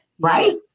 right